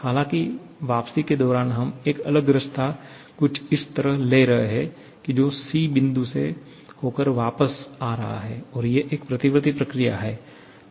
हालाँकि वापसी के दौरान हम एक अलग रास्ता कुछ इस तरह ले रहे हैं की जो c' बिंदु से होकर वापस आ रहा है और ये एक प्रतिवर्ती प्रक्रिया है